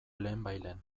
lehenbailehen